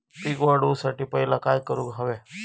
पीक वाढवुसाठी पहिला काय करूक हव्या?